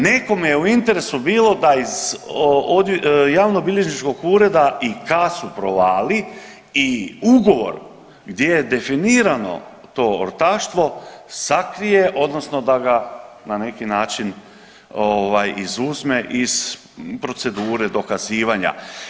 Nekome je u interesu bilo da iz, javnobilježničkog ureda i kasu provali i ugovor gdje je definirano to ortaštvo sakrije odnosno da ga na neki način izuzme iz procedure dokazivanja.